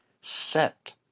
set